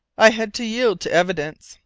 i had to yield to evidence.